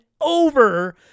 over